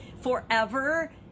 forever